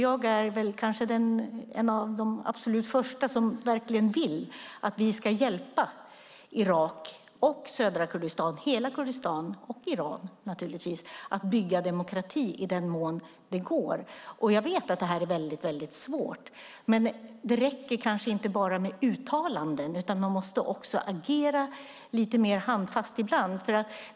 Jag är väl en av de absolut första som vill att vi ska hjälpa Irak, södra Kurdistan, hela Kurdistan och naturligtvis Iran att bygga demokrati i den mån det går. Jag vet att det här är väldigt svårt, men det räcker inte bara med uttalanden, utan man måste också agera lite mer handfast.